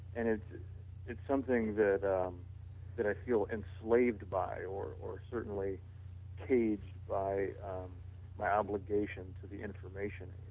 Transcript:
and it's it's something that that i feel enslaved by or or certainly caged by my obligation to the information